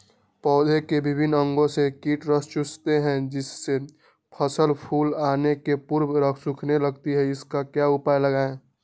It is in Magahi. पौधे के विभिन्न अंगों से कीट रस चूसते हैं जिससे फसल फूल आने के पूर्व सूखने लगती है इसका क्या उपाय लगाएं?